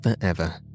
forever